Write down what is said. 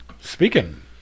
Speaking